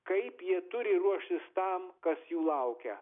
kaip jie turi ruoštis tam kas jų laukia